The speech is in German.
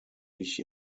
ich